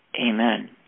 Amen